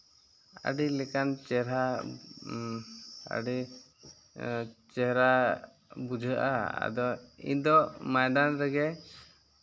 ᱟᱹᱰᱤ ᱞᱮᱠᱟᱱ ᱪᱮᱦᱨᱟ ᱟᱹᱰᱤ ᱪᱮᱦᱨᱟ ᱵᱩᱡᱷᱟᱹᱜᱼᱟ ᱟᱫᱚ ᱤᱧᱫᱚ ᱢᱚᱭᱫᱟᱱ ᱨᱮᱜᱮ